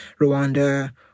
rwanda